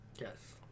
Yes